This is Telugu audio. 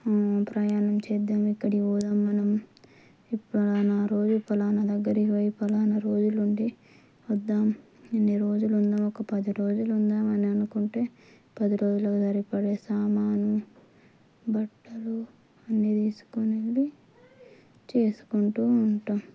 ప్రయాణం చేద్దాము ఎక్కడికి పోదాము మనం పలానా రోజు పలానా దగ్గరకు పోయి పలానా రోజులు ఉండి వద్దాము ఎన్ని రోజులు ఉందాము ఒక పది రోజులు ఉందాము అని అనుకుంటే పది రోజులకు సరిపడే సామాను బట్టలు అన్నీ తీసుకువెళ్ళి చేసుకుంటూ ఉంటాము